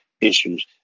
issues